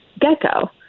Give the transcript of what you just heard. gecko